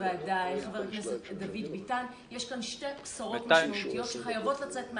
היושב-ראש --- אבל